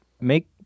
make